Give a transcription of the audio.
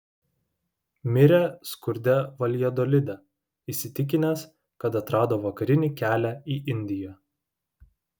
mirė skurde valjadolide įsitikinęs kad atrado vakarinį kelią į indiją